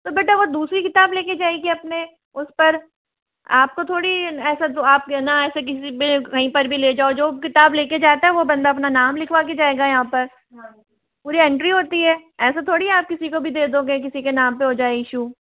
तो बेटा वो दूसरी किताब लेके जाएगी अपने उस पर आपको थोड़ी ऐसा जो आप ना ऐसा किसी पे कहीं पर भी ले जाओ जो किताब लेके जाता है वो बंदा अपना नाम लिखवा के जाएगा यहाँ पर पूरी एंट्री होती है ऐसा थोड़ी है आप किसी को भी दे दोगे किसी के नाम पे हो जाए इश्यू